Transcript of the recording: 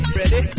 ready